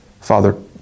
Father